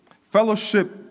Fellowship